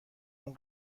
اون